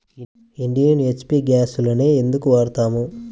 Indian, HP గ్యాస్లనే ఎందుకు వాడతాము?